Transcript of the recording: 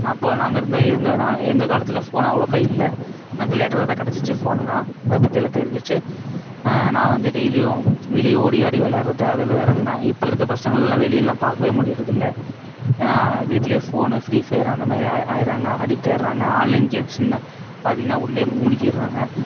அப்போ நாங்கள் இருந்த இருந்த நாங்கள் எங்கள் காலத்தில் ஃபோன் அவ்வளோக்கா இல்லை எனக்கு லேட்ராக தான் கிடச்சிச்சி ஃபோனுலாம் அதை பற்றிலாம் தெரிஞ்சிச்சு நான் வந்து டெய்லியும் வெளியே ஓடி ஆடி விளயாட்றது அதில் தான் இருந்தேன் இப்போ இருக்கற பசங்கள்லாம் வெளியேலாம் பார்க்கவே முடியிறதில்லை ஏன்னா வீட்டிலே ஃபோனு ஃப்ரீ ஃபயர் அந்த மாதிரி ஆகி ஆகிட்றாங்க அடிக்ட் ஆகிட்றாங்க ஆன்லைன் கேம்ஸுன்னு பார்த்திங்கனா உள்ளே மூழ்கிடுறாங்க